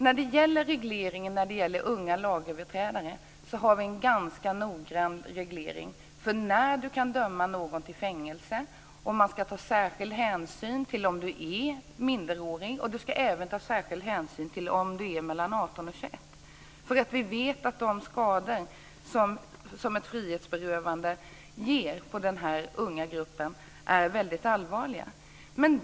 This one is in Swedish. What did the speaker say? När det gäller unga lagöverträdare har vi en ganska noggrann reglering av när man kan döma någon till fängelse. Man ska ta särskild hänsyn till om du är minderårig. Det ska också tas särskild hänsyn till om du är mellan 18 och 21 år. Vi vet att de skador som ett frihetsberövande ger den här unga gruppen är väldigt allvarliga.